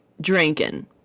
drinking